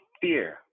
fear